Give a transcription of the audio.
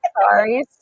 sorry